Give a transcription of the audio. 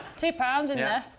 two pounds in yeah